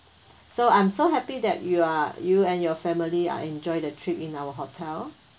so I'm so happy that you are you and your family are enjoyed the trip in our hotel